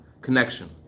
connection